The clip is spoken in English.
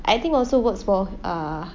I think also works for ah